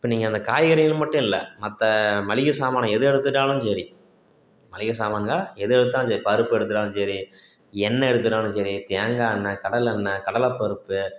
இப்போ நீங்கள் அந்த காய்கறிகளை மட்டும் இல்லை மற்ற மளிகை சாமானை எதை எடுத்துக்கிட்டாலும் சரி மளிகை சாமானில் எதை எடுத்தாலும் சரி பருப்பு எடுத்துக்கிட்டாலும் சரி எண்ணெய் எடுத்துக்கிட்டாலும் சரி தேங்காய் எண்ணெய் கடலெண்ணய் கடலை பருப்பு